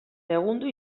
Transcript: segundo